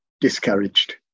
discouraged